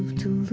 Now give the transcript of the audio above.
to